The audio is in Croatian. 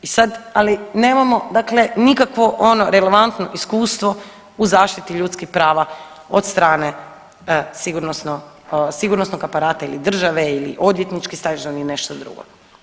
I sad, ali nemamo dakle nikakvo ono relevantno iskustvo u zaštiti ljudskih prava od strane sigurnosnog aparata ili države ili odvjetnički staž ili nešto drugo.